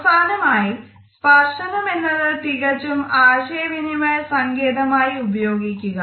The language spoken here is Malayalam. അവസാനമായി സ്പർശനം എന്നത് തികച്ചും ആശയവിനിമയ സങ്കേതമായി ഉപയോഗിക്കുക